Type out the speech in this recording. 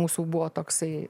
mūsų buvo toksai